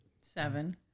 seven